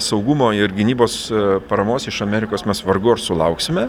saugumo ir gynybos paramos iš amerikos mes vargu ar sulauksime